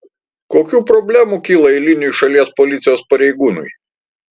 kokių problemų kyla eiliniui šalies policijos pareigūnui